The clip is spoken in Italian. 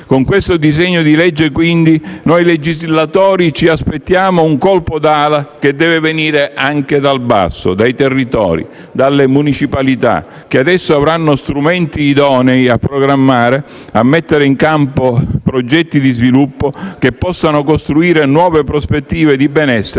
Con questo disegno di legge, quindi, noi legislatori ci aspettiamo un colpo d'ala che deve venire anche dal basso, dai territori, dalle municipalità, che adesso avranno strumenti idonei a programmare, a mettere in campo progetti di sviluppo che possano costruire nuove prospettive di benessere